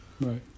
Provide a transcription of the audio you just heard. Right